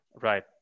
Right